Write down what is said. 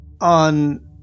On